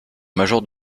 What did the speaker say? major